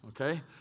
okay